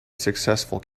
successful